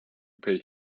pay